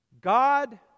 God